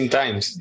times